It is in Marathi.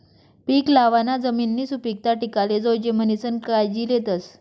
पीक लावाना जमिननी सुपीकता टिकाले जोयजे म्हणीसन कायजी लेतस